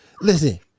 Listen